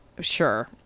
Sure